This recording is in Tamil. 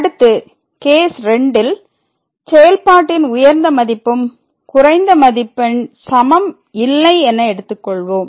அடுத்து கேஸ் II ல் செயல்பாட்டின் உயர்ந்த மதிப்பும் குறைந்த மதிப்பெண் சமம் இல்லை எனக் கொள்வோம்